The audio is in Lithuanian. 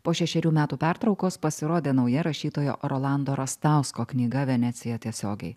po šešerių metų pertraukos pasirodė nauja rašytojo rolando rastausko knyga venecija tiesiogiai